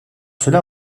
cela